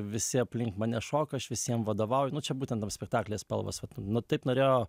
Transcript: visi aplink mane šoka aš visiem vadovauju nu čia būtent tam spektaklyje spalvos vat nu taip norėjo